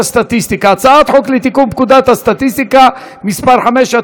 הצעת חוק לתיקון פקודת הסטטיסטיקה (מס' 5),